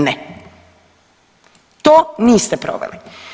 Ne, to niste proveli.